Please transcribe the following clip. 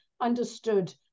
understood